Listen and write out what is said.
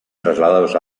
trasladados